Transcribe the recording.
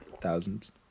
thousands